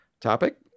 topic